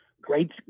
great